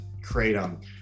kratom